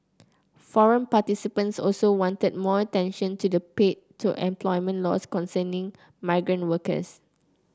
forum participants also wanted more attention to the paid to employment laws concerning migrant workers